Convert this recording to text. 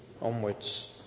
onwards